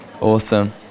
Awesome